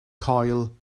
coil